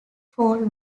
fowl